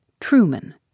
Truman